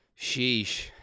Sheesh